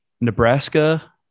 Nebraska